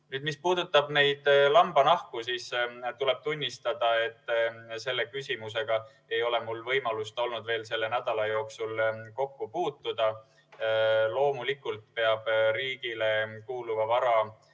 Mis puudutab neid lambanahku, siis tuleb tunnistada, et selle küsimusega ei ole mul olnud veel võimalust selle nädala jooksul kokku puutuda. Loomulikult peab riigile kuuluva vara